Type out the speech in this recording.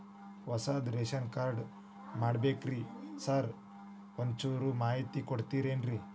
ಹೊಸದ್ ration card ಮಾಡ್ಬೇಕ್ರಿ sir ಒಂಚೂರ್ ಮಾಹಿತಿ ಕೊಡ್ತೇರೆನ್ರಿ?